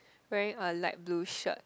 wearing a light blue shirt